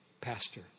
pastor